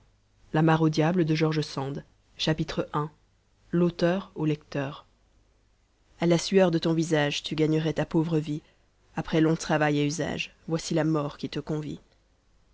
diable l'auteur au lecteur a la sueur de ton visaige tu gagnerois ta pauvre vie après long travail et usaige voicy la mort qui te convie